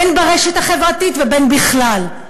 בין ברשת החברתית ובין בכלל,